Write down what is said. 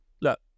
Look